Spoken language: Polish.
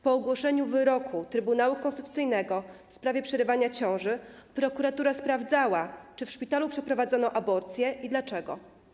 Po ogłoszeniu wyroku Trybunału Konstytucyjnego w sprawie przerywania ciąży prokuratura sprawdzała, czy w szpitalu przeprowadzono aborcję i dlaczego.